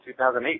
2008